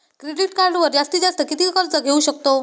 Credit कार्डवर जास्तीत जास्त किती कर्ज घेऊ शकतो?